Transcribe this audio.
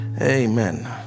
Amen